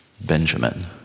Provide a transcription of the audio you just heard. Benjamin